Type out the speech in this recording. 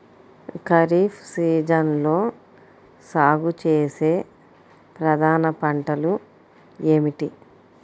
ఖరీఫ్ సీజన్లో సాగుచేసే ప్రధాన పంటలు ఏమిటీ?